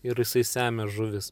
ir jisai semia žuvis